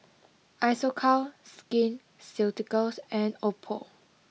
Isocal Skin Ceuticals and Oppo